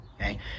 okay